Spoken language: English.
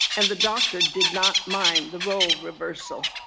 and the doctor did not mind the role reversal